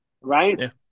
Right